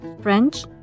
French